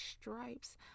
stripes